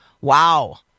Wow